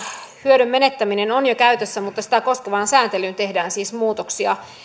hyödyn menettäminen on jo käytössä mutta sitä koskevaan sääntelyyn tehdään siis muutoksia